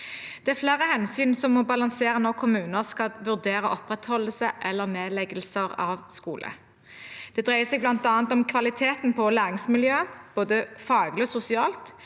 Det er flere hensyn som må balanseres når kommuner skal vurdere opprettholdelse eller nedleggelse av skole. Det dreier seg bl.a. om kvaliteten på læringsmiljøet, både faglig og sosialt,